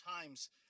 times